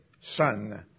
son